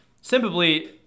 simply